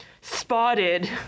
spotted